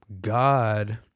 god